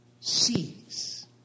sees